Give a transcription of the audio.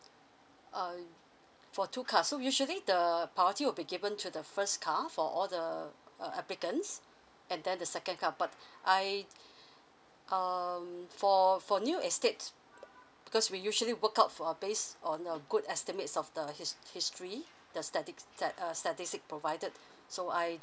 uh for two cars so usually the priority will be given to the first car for all the uh applicants and then the second car but I um for for new estates uh because we usually work out f~ based on uh good estimates of the his~ history the statics that uh statistic provided so I